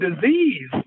disease